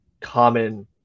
common